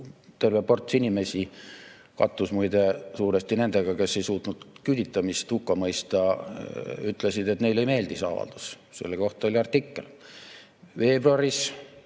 terve ports inimesi suuresti nendega, kes ei suutnud küüditamist hukka mõista, ütlesid, et neile ei meeldi see avaldus. Selle kohta oli artikkel. Veebruaris